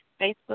Facebook